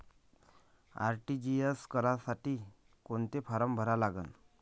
RTGS करासाठी कोंता form भरा लागन?